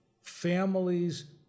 families